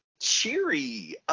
cheery